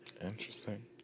Interesting